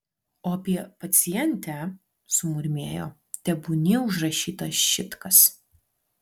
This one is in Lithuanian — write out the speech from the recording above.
o apie pacientę sumurmėjo tebūnie užrašyta šit kas